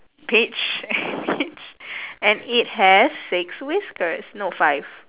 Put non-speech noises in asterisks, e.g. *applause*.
peach *laughs* peach and it has six whiskers no five